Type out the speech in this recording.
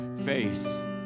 faith